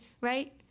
right